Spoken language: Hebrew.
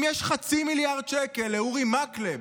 אם יש 0.5 מיליארד שקל לאורי מקלב,